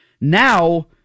now